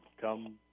come